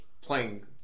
playing